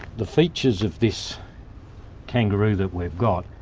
the features of this kangaroo that we've got,